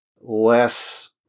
less